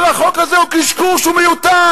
כל החוק הזה הוא קשקוש, הוא מיותר.